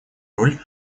роль